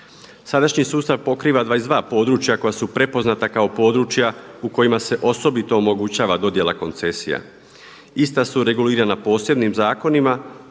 Sadašnji sustav pokriva 22 područja koja su prepoznata kao područja u kojima se osobito omogućava dodjela koncesija. Ista su regulirana posebnim zakonima,